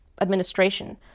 administration